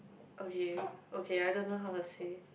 okay okay I don't know how to say